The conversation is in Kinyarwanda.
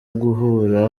guhura